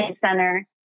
center